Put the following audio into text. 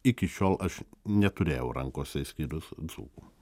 iki šiol aš neturėjau rankose išskyrus dzūkų